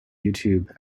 youtube